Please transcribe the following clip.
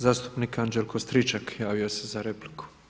Zastupnik Anđelko Stričak javio se za repliku.